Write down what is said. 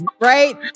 right